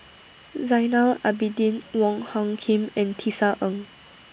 Zainal Abidin Wong Hung Khim and Tisa Ng